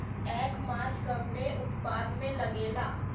एगमार्क कवने उत्पाद मैं लगेला?